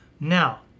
Now